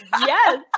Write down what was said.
Yes